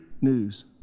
news